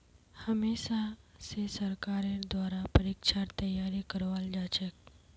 हमेशा स सरकारेर द्वारा परीक्षार तैयारी करवाल जाछेक